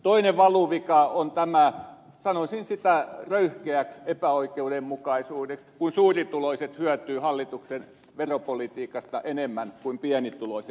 toinen valuvika on tämä sanoisin sitä röyhkeäksi epäoikeudenmukaisuudeksi kun suurituloiset hyötyvät hallituksen veropolitiikasta enemmän kuin pienituloiset